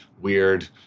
weird